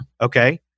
Okay